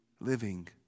living